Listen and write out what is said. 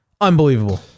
unbelievable